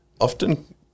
Often